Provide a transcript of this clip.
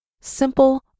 simple